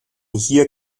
hier